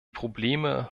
probleme